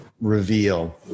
reveal